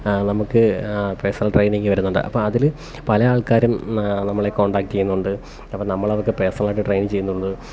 നമുക്ക് personal training വരുന്നുണ്ട് അപ്പം അതിൽ പല ആൾക്കാരും നമ്മളെ കോണ്ടാക്റ്റ് ചെയ്യുന്നുണ്ട് അപ്പം നമ്മളവർക്ക് പേർസണലായിട്ട് ട്രെയിൻ ചെയ്യുന്നുണ്ട്